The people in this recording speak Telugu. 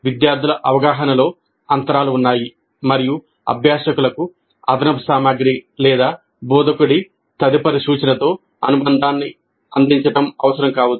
విద్యార్థుల అవగాహనలో అంతరాలు ఉన్నాయి మరియు అభ్యాసకులకు అదనపు సామగ్రి లేదా బోధకుడి తదుపరి సూచనలతో అనుబంధాన్ని అందించడం అవసరం కావచ్చు